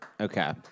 Okay